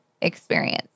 experience